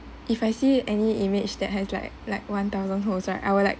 if I see any image that has like like one thousand holes right I will like